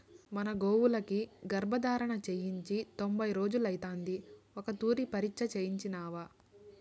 మన గోవులకి గర్భధారణ చేయించి తొంభై రోజులైతాంది ఓ తూరి పరీచ్ఛ చేయించినావా